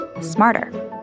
Smarter